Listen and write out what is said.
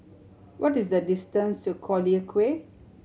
what is the distance to Collyer Quay